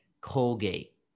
Colgate